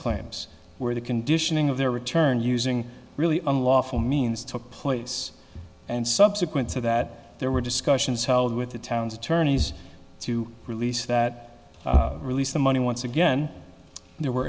claims where the conditioning of their return using really unlawful means took place and subsequent to that there were discussions held with the town's attorneys to release that release the money once again there were